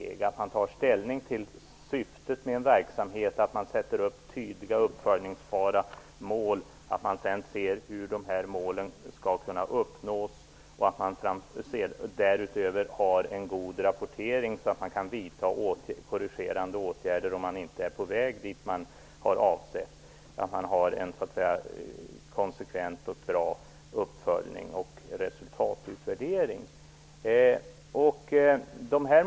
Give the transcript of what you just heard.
Det innebär att man tar ställning till syftet med en verksamhet, att man sätter upp tydliga, uppföljbara mål, att man ser närmare på hur de målen skall kunna uppnås och att man därutöver har en god rapportering, så att man kan vidta korrigerande åtgärder om man inte är på väg dit man har för avsikt att ta sig. Det betyder att man måste ha en konsekvent och bra uppföljning och resultatutvärdering.